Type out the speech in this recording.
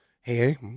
hey